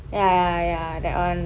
ya ya ya that one